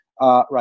right